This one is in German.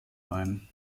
wein